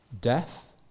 death